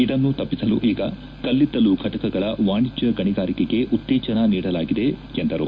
ಇದನ್ನು ತಪ್ಪಿಸಲು ಈಗ ಕಲ್ಲಿದ್ದಲು ಘಟಕಗಳ ವಾಣಿಜ್ಞ ಗಣಿಗಾರಿಕೆಗೆ ಉತ್ತೇಜನ ನೀಡಲಾಗಿದೆ ಎಂದು ಹೇಳಿದರು